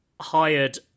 hired